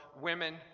women